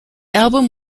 album